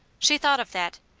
she thought of that.